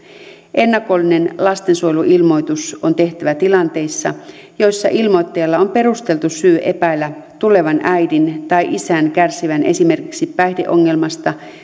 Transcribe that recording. ennakollinen lastensuojeluilmoitus on tehtävä tilanteissa joissa ilmoittajalla on perusteltu syy epäillä tulevan äidin tai isän kärsivän esimerkiksi päihdeongelmasta